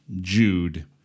Jude